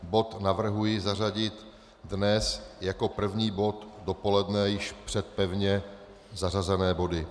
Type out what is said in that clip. Bod navrhuji zařadit dnes jako první bod dopoledne již před pevně zařazené body.